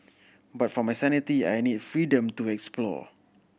but for my sanity I need freedom to explore